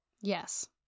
Yes